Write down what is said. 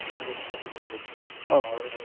okay